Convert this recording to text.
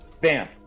bam